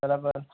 બરાબર